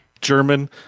German